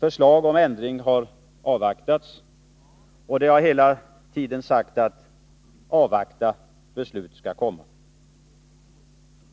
Förslag om ändringar har avvaktats; det har hela tiden sagts att man skulle avvakta och att beslut skulle komma.